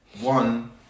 one